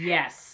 Yes